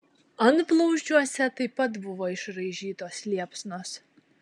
antblauzdžiuose taip pat buvo išraižytos liepsnos